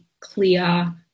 clear